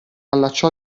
allacciò